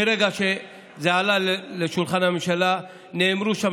מרגע שזה עלה לשולחן הממשלה נאמרו שם